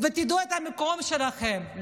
דעו את המקום שלכן.